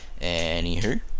Anywho